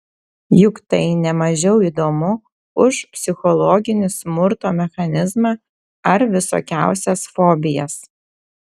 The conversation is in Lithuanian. juk tai ne mažiau įdomu už psichologinį smurto mechanizmą ar visokiausias fobijas